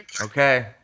Okay